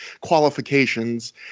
qualifications